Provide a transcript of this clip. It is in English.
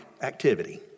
activity